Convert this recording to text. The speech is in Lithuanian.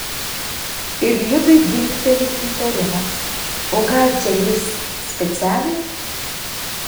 ir liudui dingteli įtarimas o gal čia jis specialiai